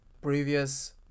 previous